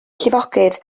llifogydd